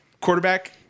quarterback